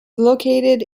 located